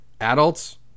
Adults